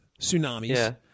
tsunamis